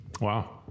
Wow